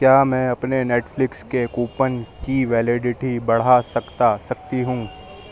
کیا میں اپنے نیٹفلکس کے کوپن کی ویلیڈیٹی بڑھا سکتا سکتی ہوں